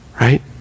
right